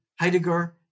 Heidegger